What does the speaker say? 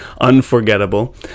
unforgettable